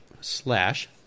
slash